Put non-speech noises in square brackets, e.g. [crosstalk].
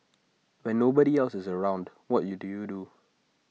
when nobody [noise] else is around what you do you do